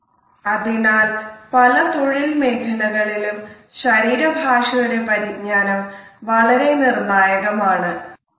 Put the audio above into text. അതിനാൽ പല തൊഴിൽ മേഖലകളിലും ശരീര ഭാഷയുടെ പരിജ്ഞാനം വളരെ നിർണായകം ആണ്